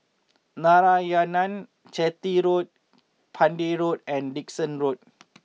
Narayanan Chetty Road Pender Road and Dickson Road